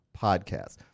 Podcast